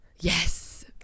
Yes